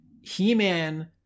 He-Man